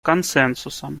консенсусом